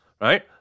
right